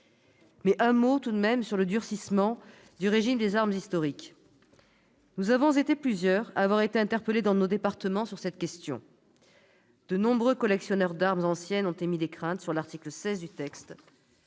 dirai un mot tout de même du durcissement du régime des armes historiques. Nous avons été plusieurs à être interpellés dans nos départements sur cette question. De nombreux collectionneurs d'armes anciennes ont émis des craintes sur l'article 16 du texte,